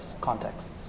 contexts